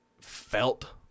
felt